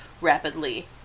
rapidly